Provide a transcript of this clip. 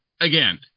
again